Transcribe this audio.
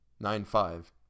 Nine-five